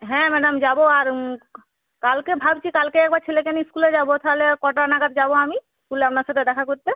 হ্যাঁ ম্যাডাম যাব আর কালকে ভাবছি কালকে একবার ছেলেকে নিয়ে স্কুলে যাব তাহলে কটা নাগাদ যাব আমি স্কুলে আপনার সাথে দেখা করতে